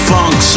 Funk